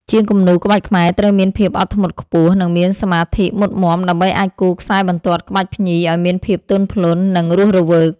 ជាងគំនូរក្បាច់ខ្មែរត្រូវមានភាពអត់ធ្មត់ខ្ពស់ និងមានសមាធិមុតមាំ ដើម្បីអាចគូរខ្សែបន្ទាត់ក្បាច់ភ្ញីឱ្យមានភាពទន់ភ្លន់ និងរស់រវើក។